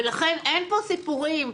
ולכן אין פה סיפורים,